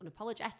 unapologetic